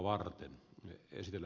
arvoisa puhemies